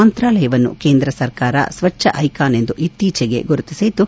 ಮಂತಾಲಯವನ್ನು ಕೇಂದ್ರ ಸರ್ಕಾರ ಸ್ವಚ್ಚ ಐಕಾನ್ ಎಂದು ಇತ್ತೀಚೆಗೆ ಗುರುತಿಸಿದ್ದು